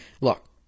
look